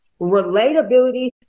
Relatability